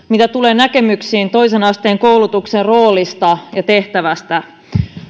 mitä tulee näkemyksiin toisen asteen koulutuksen roolista ja tehtävästä